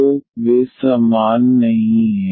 तो वे समान नहीं हैं